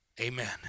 Amen